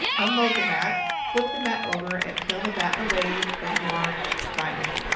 unload the mat, flip the mat over and peel the mat away from your vinyl.